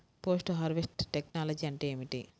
Post harvest technology అంటే ఏమిటి?